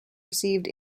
received